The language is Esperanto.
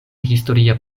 historia